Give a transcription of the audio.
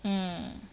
mm